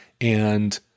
and-